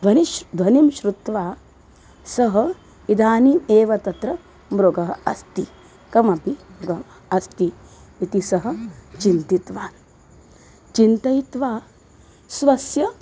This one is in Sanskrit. ध्वनिं ध्वनिं श्रुत्वा सः इदानीम् एव तत्र मृगः अस्ति कमपि मृगः अस्ति इति सः चिन्तितवान् चिन्तयित्वा स्वस्य